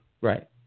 Right